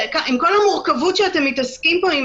עם כל המורכבות שאתם מתעסקים פה עם